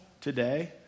today